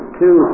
two